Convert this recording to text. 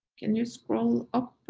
can you scroll up.